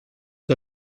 que